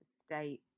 state